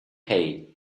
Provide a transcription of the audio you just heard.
hay